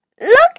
Look